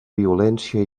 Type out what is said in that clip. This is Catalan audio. violència